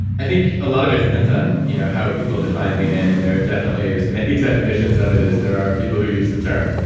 i think, a lot of it depends on you know how people define lean in and there are definitely as many definitions of it as there are people who use the term.